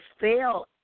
fail